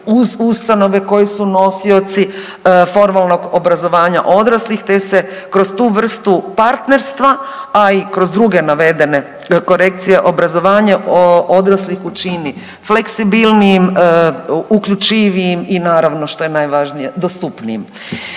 uz ustanove koji su nosioci formalnog obrazovanja odraslih te se kroz tu vrstu partnerstva, a i kroz druge navedene korekcije obrazovanje odraslih učini fleksibilnijim, uključivijim i naravno što je najvažnije dostupnijim.